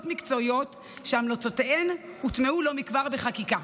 מקצועיות שהמלצותיהן הוטמעו לא מכבר בחקיקה.